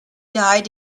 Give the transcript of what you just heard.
died